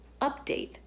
update